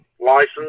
license